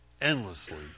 endlessly